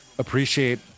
appreciate